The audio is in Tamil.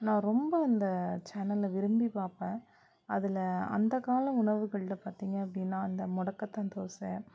நான் ரொம்ப அந்த சேனலை விரும்பி பார்ப்பேன் அதில் அந்த காலம் உணவுகளில் பார்த்திங்க அப்படினா இந்த மொடக்கத்தான் தோசை